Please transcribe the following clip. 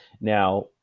Now